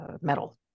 metal